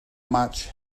much